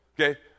Okay